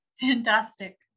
Fantastic